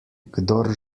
kdor